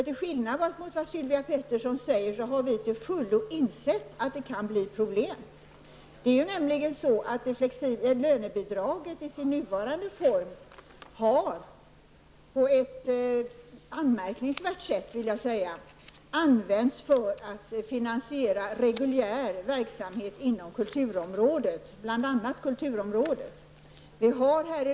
Till skillnad från vad Sylvia Pettersson säger har vi till fullo insett att det kan bli problem. Det är nämligen så att det flexibla lönebidraget i sin nuvarande form på ett anmärkningsvärt sätt, skulle jag vilja säga, har använts för att finansiera reguljär verksamhet inom bl.a. kulturområdet.